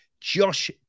Josh